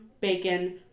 bacon